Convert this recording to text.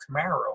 Camaro